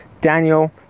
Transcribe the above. Daniel